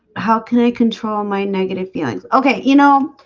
how can i control my negative feelings? okay, you know